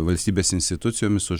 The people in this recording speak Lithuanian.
valstybės institucijomis su